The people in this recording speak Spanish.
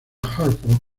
hartford